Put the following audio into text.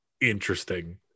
interesting